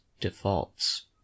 defaults